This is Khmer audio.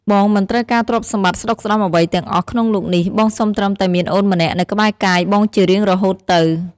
បងមិនត្រូវការទ្រព្យសម្បត្តិស្តុកស្តម្ភអ្វីទាំងអស់ក្នុងលោកនេះ បងសុំត្រឹមតែមានអូនម្នាក់នៅក្បែរកាយបងជារៀងរហូតទៅ។